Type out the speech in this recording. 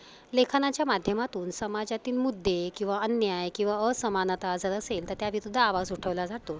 लेखनाच्या माध्यमातून समाजातील मुद्दे किंवा अन्याय किंवा असमानता जर असेल तर त्याविरुद्ध आवाज उठवला जातो